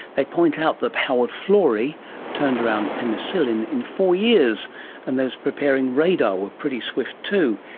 they point out that howard florey turned around penicillin in four years and those preparing radar were pretty swift too,